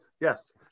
Yes